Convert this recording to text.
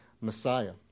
Messiah